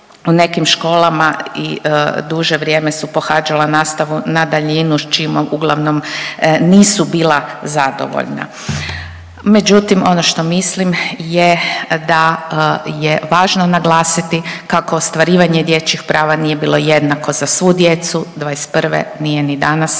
u nekim školama i duže vrijeme su pohađala nastavu na daljinu s čim uglavnom nisu bila zadovoljna. Međutim, ono što mislim je da je važno naglasiti kako ostvarivanje dječjih prava nije bilo jednako za svu djecu 2021. Nije ni danas.